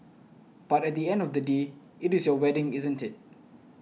but at the end of the day it is your wedding isn't it